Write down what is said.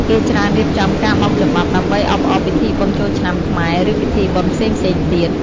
គេច្រើនរៀបចំការបោកចំបាប់ដើម្បីអបអរពិធីបុណ្យចូលឆ្នាំខ្មែរ ឬពិធីបុណ្យផ្សេងៗទៀត។